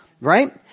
right